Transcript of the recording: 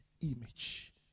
image